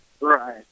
Right